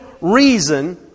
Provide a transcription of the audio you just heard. reason